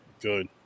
good